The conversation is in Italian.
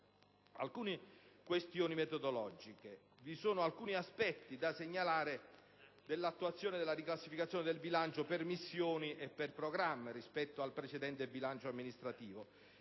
alcune questioni metodologiche. Vi sono alcuni aspetti da segnalare dell'attuazione della riclassificazione del bilancio per missioni e programmi rispetto al precedente bilancio amministrativo,